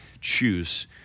choose